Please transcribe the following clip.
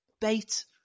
bait